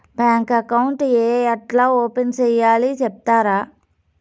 Bank account ఏ ఎట్లా open సేయాలి సెప్తారా?